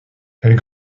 elle